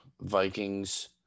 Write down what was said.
Vikings